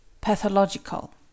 Pathological